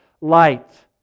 light